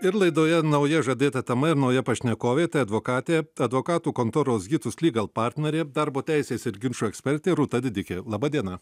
ir laidoje nauja žadėta tema ir nauja pašnekovė tai advokatė advokatų kontoros hitus lygal partnerė darbo teisės ir ginčų ekspertė rūta didikė laba diena